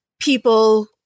people